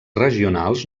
regionals